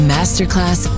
Masterclass